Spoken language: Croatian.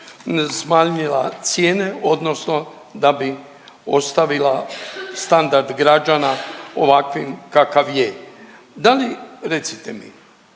smanjila cijene odnosno da bi ostavila standard građana ovakvim kakav je. Da li, recite mi